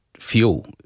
fuel